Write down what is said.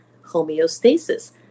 homeostasis